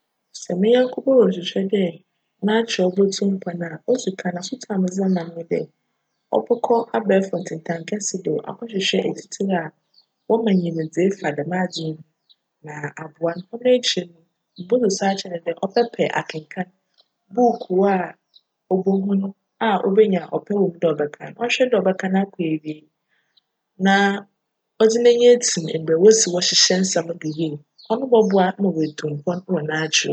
Sj me nyjnko bi rohwehwj dj n'akyerjw botu mpcn a odzi kan afotu a medze bjma no nye dj, cbckc abajfor ntentjn kjse do akchwehwj etsitsir a wcma nyimdzee fa djm adze yi ho na aboa no. Cno ekyir no, mobosusu akyerj no dj cbjpj akenkan buukuu a obohu na obenya cpj wc mu dj cbjkenkan. Cbchwj dj cbjkan akc ewie na cdze n'enyi etsim mbrj wosi wchyehyj nsjm yie, cno bcboa ma woetu mpcn wc n'akyerjw mu.